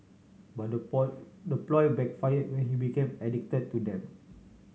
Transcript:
but the the ploy backfire when he became addicted to them